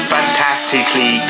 Fantastically